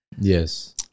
Yes